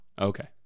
okay